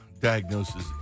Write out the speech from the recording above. diagnoses